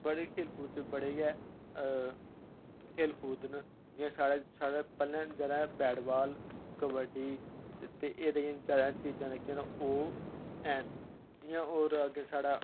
बड़े गै खेल कूद च बड़े गे खेल कूद न जियां साढ़े पैहले जेह्ड़ा बैट बाल कबड्डी एह्दे च जेह्ड़ियां चीज़ा दिक्खियां न ओह् हैन और अग्गै साढ़े